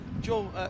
Joel